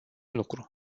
lucru